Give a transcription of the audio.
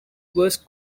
was